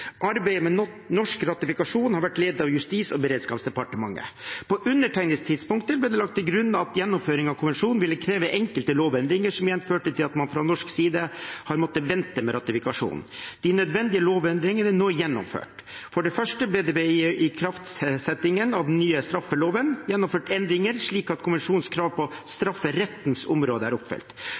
Arbeidet med norsk ratifikasjon har vært ledet av Justis- og beredskapsdepartementet. På undertegningstidspunktet ble det lagt til grunn at gjennomføringen av konvensjonen ville kreve enkelte lovendringer, noe som igjen førte til at man fra norsk side har måttet vente med ratifikasjon. De nødvendige lovendringene er nå gjennomført. For det første ble det ved ikraftsettingen av den nye straffeloven gjennomført endringer slik at konvensjonens krav på strafferettens område er oppfylt.